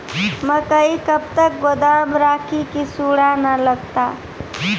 मकई कब तक गोदाम राखि की सूड़ा न लगता?